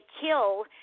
kill